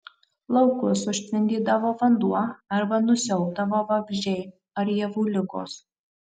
laukus užtvindydavo vanduo arba nusiaubdavo vabzdžiai ar javų ligos